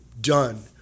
done